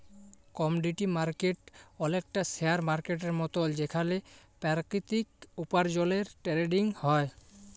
commodity market অলেকটা share মার্কেটের মতল যেখালে পেরাকিতিক উপার্জলের টেরেডিং হ্যয়